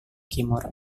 kimura